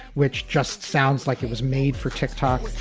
which just sounds like it was made for tick tock